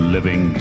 Living